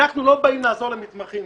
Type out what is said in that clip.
אנחנו לא באים לעזור למתמחים.